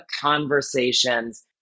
conversations